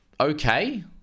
okay